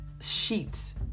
sheets